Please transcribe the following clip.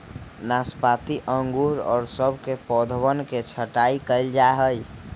नाशपाती अंगूर और सब के पौधवन के छटाई कइल जाहई